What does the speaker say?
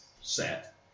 set